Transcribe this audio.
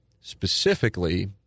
specifically